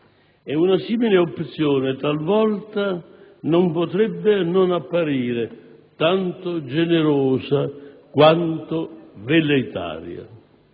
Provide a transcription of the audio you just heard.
E una simile opzione talvolta non potrebbe non apparire tanto generosa quanto velleitaria.